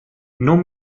non